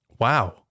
Wow